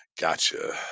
gotcha